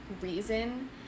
reason